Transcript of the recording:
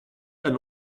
einen